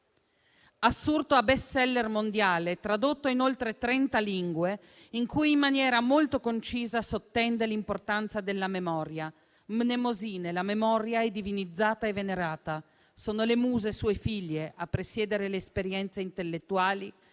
assurto a *bestseller* mondiale, tradotto in oltre trenta lingue, in cui in maniera molto concisa sottende l'importanza della memoria. Mnemosine, la memoria, è divinizzata e venerata; sono le muse, sue figlie, a presiedere le esperienze intellettuali